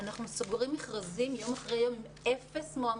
אנחנו סוגרים מכרזים יום אחרי יום עם אפס מועמדים.